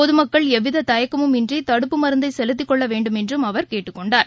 பொதுமக்கள் எவ்விததயக்கமும் இன்றிதடுப்பு மருந்தைசெலுத்திக் கொள்ளவேண்டுமென்றும் அவர் கேட்டுக் கொண்டார்